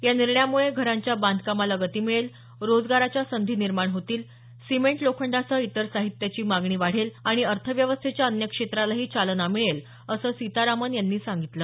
या निर्णयामुळे घरांच्या बांधकामाला गती मिळेल रोजगाराच्या संधी निर्माण होतील सिमेंट लोखंडासह इतर साहित्याची मागणी वाढेल आणि अर्थव्यवस्थेच्या अन्य क्षेत्रालाही चालना मिळेल असं सीतारामन यांनी सांगितलं